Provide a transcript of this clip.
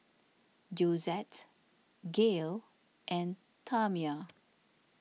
Josette Gael and Tamia